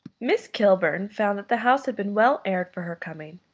miss kilburn found that the house had been well aired for her coming,